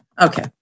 Okay